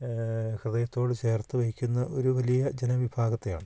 ഹൃദയത്തോട് ചേർത്തു വയ്ക്കുന്ന ഒരു വലിയ ജനവിഭാഗത്തെയാണ്